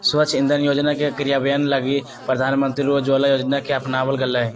स्वच्छ इंधन योजना के क्रियान्वयन लगी प्रधानमंत्री उज्ज्वला योजना के अपनावल गैलय